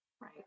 right